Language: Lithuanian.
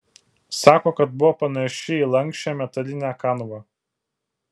sako kad buvo panaši į lanksčią metalinę kanvą